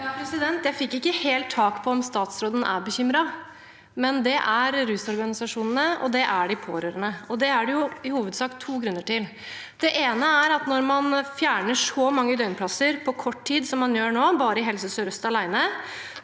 Jeg fikk ikke helt tak på om statsråden er bekymret, men det er rusorganisasjonene, og det er de pårørende. Det er det i hovedsak to grunner til: Det ene er at når man fjerner så mange døgnplasser på kort tid som man gjør nå bare i Helse sør-øst alene,